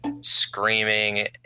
screaming